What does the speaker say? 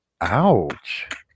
Ouch